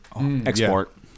Export